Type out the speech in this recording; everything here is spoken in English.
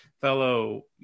fellow